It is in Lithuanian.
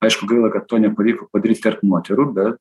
aišku gaila kad to nepavyko padaryti tarp moterų bet